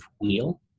wheel